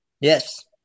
Yes